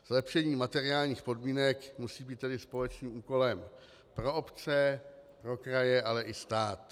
Zlepšení materiálních podmínek musí být tedy společným úkolem pro obce, pro kraje, ale i pro stát.